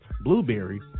Blueberry